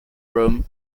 room